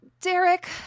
Derek